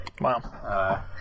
Wow